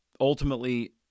ultimately